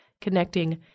connecting